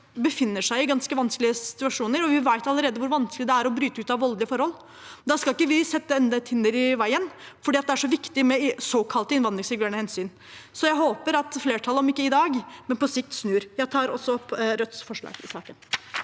befinner seg i ganske vanskelige situasjoner, og vi vet allerede hvor vanskelig det er å bryte ut av voldelige forhold. Da skal ikke vi sette enda et hinder i veien fordi det er så viktig med såkalte innvandringsregulerende hensyn. Jeg håper at flertallet – om ikke i dag, men på sikt – snur. Jeg tar opp Rødts forslag i saken.